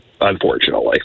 unfortunately